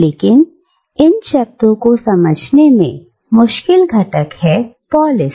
लेकिन इन शब्दों को समझने में मुश्किल घटक है पोलिस